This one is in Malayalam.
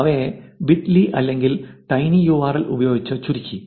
അവയെ ബിറ്റ്ലി അല്ലെങ്കിൽ ടൈനി യൂആർഎൽ ഉപയോഗിച്ച് ചുരുക്കി